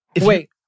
wait